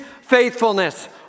faithfulness